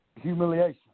humiliation